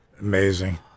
Amazing